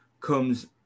comes